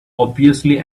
obviously